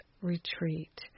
retreat